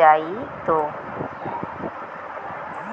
जाएतो